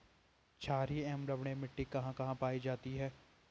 छारीय एवं लवणीय मिट्टी कहां कहां पायी जाती है?